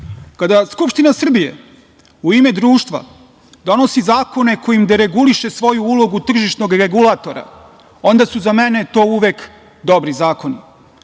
kada Skupština Srbije u ime društva donosi zakone kojima dereguliše svoju ulogu tržišnog regulatora, onda su za mene to uvek dobri zakoni.